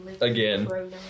again